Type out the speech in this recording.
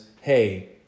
hey